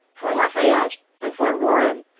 fort la fayette, and fort warren,